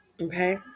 Okay